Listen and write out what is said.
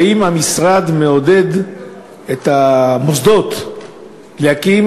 האם המשרד מעודד את המוסדות לקיים